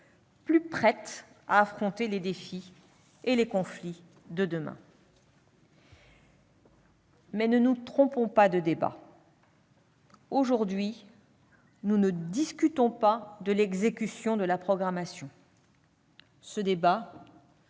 plus prêtes à affronter les défis et les conflits de demain. Ne nous trompons pas de débat : aujourd'hui, nous ne discutons pas de l'exécution de la programmation- nous